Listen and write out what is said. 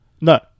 No